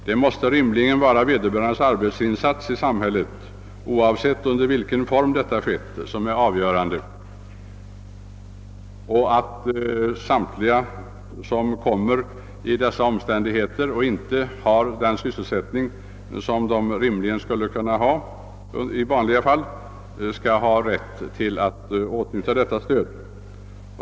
Det måste rimligen vara vederbörandes arbetsinsats i samhället som är avgörande, oavsett under vilka former denna insats skett, och samtliga som råkar i den situationen att de inte har den sysselsättning de rimligen borde ha och skulle haft i vanliga fall skall ha rätt att utnyttja detta stöd.